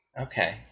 Okay